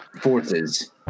forces